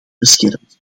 beschermd